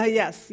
yes